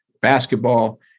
basketball